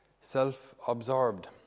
self-absorbed